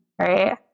right